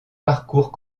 parcours